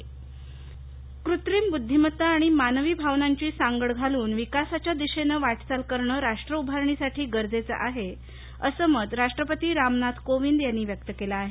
कोविंद शिक्षक दिन कृत्रिम बुद्धिमत्ता आणि मानवी भावनांची सांगड घालून विकासाच्या दिशेनं वा आल करणं राष्ट्र उभारणीसाठी गरजेचं आहे असं मत राष्ट्रपती रामनाथ कोविंद यांनी व्यक्त केलं आहे